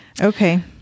Okay